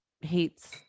hates